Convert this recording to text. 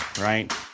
Right